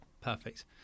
Perfect